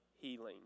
healing